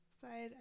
side